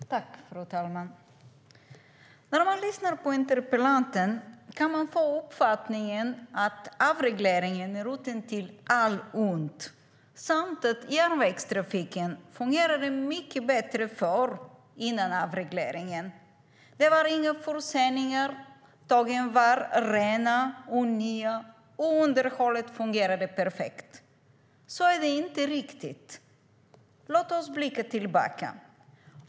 Fru talman! När man lyssnar på interpellanten kan man få uppfattningen att avregleringen är roten till allt ont och att järnvägstrafiken fungerade mycket bättre förr, före avregleringen. Det var inga förseningar, tågen var rena och nya och underhållet fungerade perfekt. Så var det inte riktigt. Låt oss blicka tillbaka.